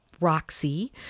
Roxy